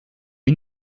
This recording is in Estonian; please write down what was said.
kui